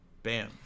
bam